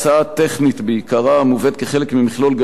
המובאת כחלק ממכלול גדול יותר של תיקונים לחוקים